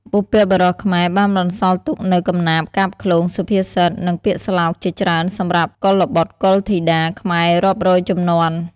បុព្វបុរសខ្មែរបានបន្សល់ទុកនូវកំណាព្យ កាបឃ្លោង សុភាសិត និងពាក្យស្លោកជាច្រើនសម្រាប់កុលបុត្រកុលធីតាខ្មែររាប់រយជំនាន់។